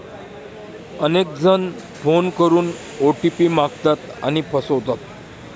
अनेक जण फोन करून ओ.टी.पी मागतात आणि फसवतात